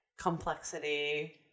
complexity